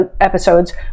episodes